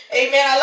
amen